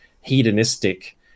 hedonistic